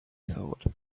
thought